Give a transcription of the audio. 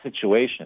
situation